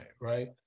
right